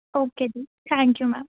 okay ਜੀ thank you ma'am